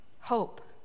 Hope